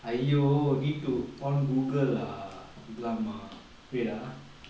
!aiyo! need to on google lah !alamak! wait ah